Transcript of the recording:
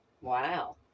Wow